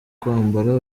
kwambara